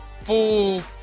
full